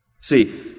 See